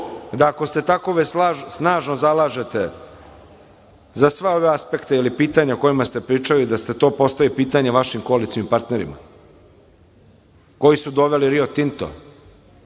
da, ako se tako već snažno zalažete za sve ove aspekte ili pitanja o kojima ste pričali, to pitanje postavite vašim koalicionim partnerima koji su doveli „Rio Tinto“,